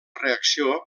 reacció